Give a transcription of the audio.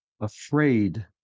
afraid